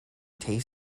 taste